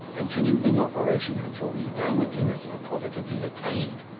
continue in operation until these downward limits are positively attained.